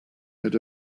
head